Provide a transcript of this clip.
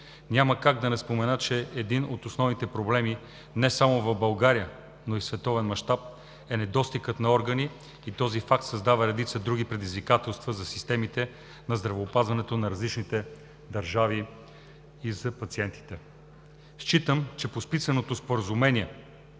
Няма как да не спомена, че един от основните проблеми не само в България, но и в световен мащаб, е недостигът на органи и този факт създава редица други предизвикателства за системите на здравеопазването на различните държави, и за пациентите. Считам, че подписаното споразумение